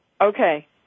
Okay